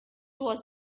was